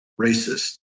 racist